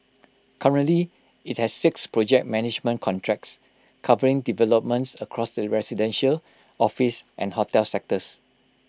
currently IT has six project management contracts covering developments across the residential office and hotel sectors